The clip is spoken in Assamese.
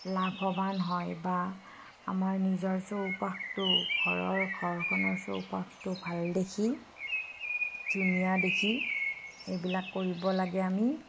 লাভবান হয় বা আমাৰ নিজৰ চৌপাশটো ঘৰৰ ঘৰখনৰ চৌপাশটো ভাল দেখি ধুনীয়া দেখি সেইবিলাক কৰিব লাগে আমি